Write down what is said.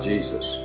Jesus